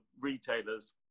retailers